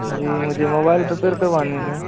जी मुझे mobile repair करवानी है